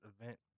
event